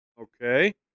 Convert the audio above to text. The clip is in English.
Okay